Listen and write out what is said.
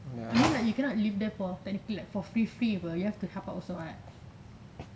I mean like you cannot live there for technically like for free free apa you have to help out also right